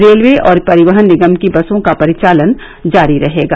railway और परिवहन निगम की बसों का परिचालन जारी रहेगा